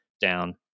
down